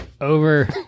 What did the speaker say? over